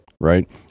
right